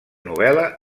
novel·la